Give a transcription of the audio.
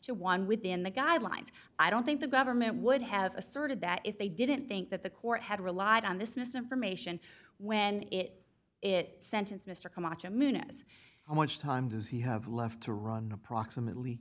to one within the guidelines i don't think the government would have asserted that if they didn't think that the court had relied on this misinformation when it it sentence mr camacho moon s how much time does he have left to run approximately